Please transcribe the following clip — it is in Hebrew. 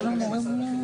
לוועדה.